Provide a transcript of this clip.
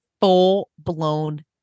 full-blown